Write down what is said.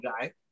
guy